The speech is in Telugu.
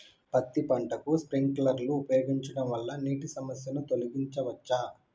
పత్తి పంటకు స్ప్రింక్లర్లు ఉపయోగించడం వల్ల నీటి సమస్యను తొలగించవచ్చా?